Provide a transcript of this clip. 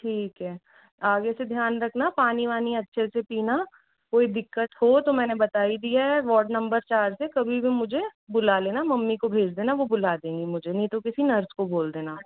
ठीक है आगे से ध्यान रखना पानी वानी अच्छे से पीना कोई दिक्कत हो तो मैंने बता ही दिया है वार्ड नंबर चार से कभी भी मुझे बुला लेना मम्मी को भेज देना वो बुला देंगी मुझे नहीं तो किसी नर्स को बोल देना